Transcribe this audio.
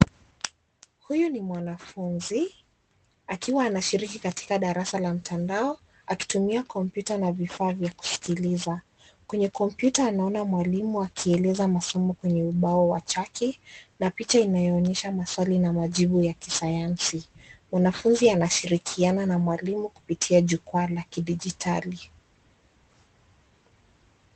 Huyu ni mwanafunzi akiwa anashiriki katika darasa la mtandao, akitumia kompyuta na vifaa vya kusikiliza. Kwenye kompyuta anaona mwalimu akieleza masomo kwenye ubao wa chaki, na picha inayoonyesa maswali na majibu ya kisayansi. Mwanafunzi anashirikiana na mwalimu kupitia jukwaa la kidijitali.